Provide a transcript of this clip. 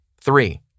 Three